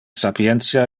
sapientia